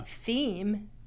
theme